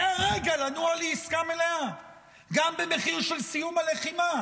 זה הרגע לנוע לעסקה מלאה גם במחיר של סיום הלחימה,